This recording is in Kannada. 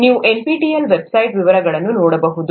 ನೀವು NPTEL ವೆಬ್ಸೈಟ್ನಲ್ಲಿ ವಿವರಗಳನ್ನು ನೋಡಬಹುದು